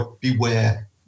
beware